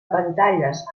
pantalles